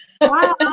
Wow